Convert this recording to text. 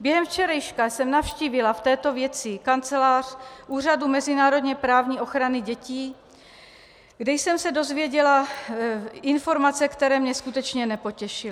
Během včerejška jsem navštívila v této věci Kancelář Úřadu mezinárodněprávní ochrany dětí, kde jsem se dozvěděla informace, které mě skutečně nepotěšily.